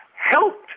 helped